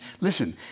listen